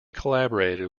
collaborated